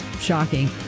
shocking